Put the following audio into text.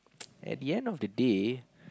at the end of the day